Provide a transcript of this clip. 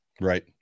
Right